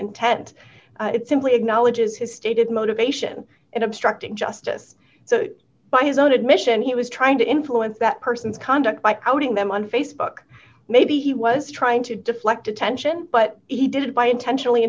intent it simply acknowledges his stated motivation in obstructing justice so by his own admission he was trying to influence that person's conduct by outing them on facebook maybe he was trying to deflect attention but he did by intentionally